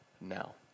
now